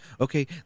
okay